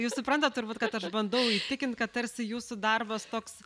jūs suprantat turbūt kad aš bandau įtikint kad tarsi jūsų darbas toks